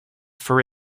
for